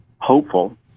hopeful